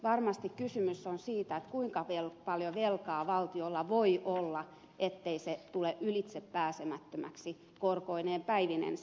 varmasti kysymys on siitä kuinka paljon velkaa valtiolla voi olla ettei se tule ylitsepääsemättömäksi korkoineen päivinensä